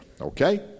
Okay